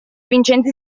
vincenzi